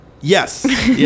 Yes